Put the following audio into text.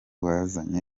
bazanye